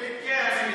כן.